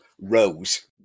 rose